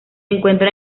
encuentra